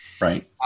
Right